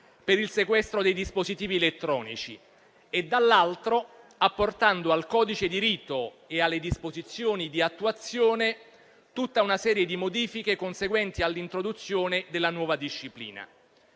per il sequestro dei dispositivi elettronici e, dall'altro, apportando al codice di rito e alle disposizioni di attuazione tutta una serie di modifiche conseguenti all'introduzione della nuova disciplina.